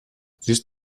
siehst